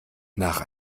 nach